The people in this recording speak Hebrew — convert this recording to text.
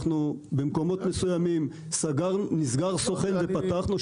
במקומות מסוימים נסגר סוכן ופתחנו.